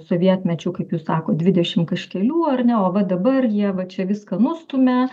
sovietmečiu kaip jūs sakot dvidešim kažkelių ar ne o va dabar jie va čia viską nustumia